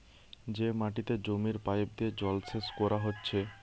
যে মাটিতে জমির পাইপ দিয়ে জলসেচ কোরা হচ্ছে